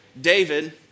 David